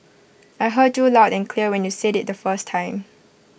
I heard you loud and clear when you said IT the first time